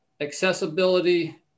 accessibility